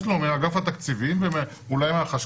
יש לו מאגף התקציבים ואולי מהחשכ"ל.